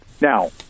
now